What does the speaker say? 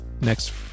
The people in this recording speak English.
Next